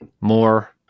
more